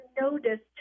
noticed